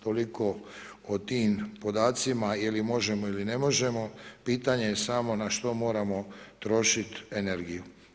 Toliko o tim podacima ili možemo ili ne možemo, pitanje je samo na što moramo trošiti energiju.